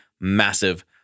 massive